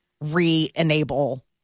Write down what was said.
re-enable